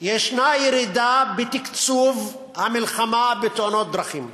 יש ירידה בתקצוב המלחמה בתאונות דרכים.